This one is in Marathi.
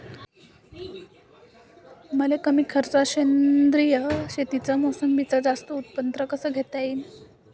मले कमी खर्चात सेंद्रीय शेतीत मोसंबीचं जास्त उत्पन्न कस घेता येईन?